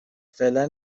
فعلا